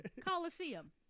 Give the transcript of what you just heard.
Coliseum